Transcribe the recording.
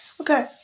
Okay